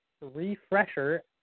refresher